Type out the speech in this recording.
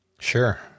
Sure